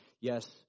Yes